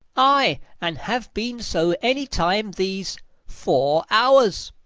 ay, and have been so any time these four hours.